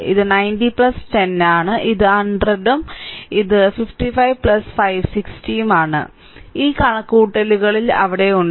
ഇത് 90 10 ആണ് അത് 100 ഉം അത് 55 560 ഉം ആണ്ഈ കണക്കുകൂട്ടൽ അവിടെ ഉണ്ട്